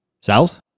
South